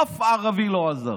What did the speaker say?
אף ערבי לא עזר.